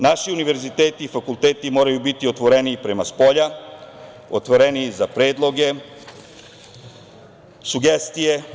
Naši univerziteta i fakulteti moraju biti otvoreniji prema spolja, otvoreniji za predloge, sugestije.